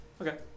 Okay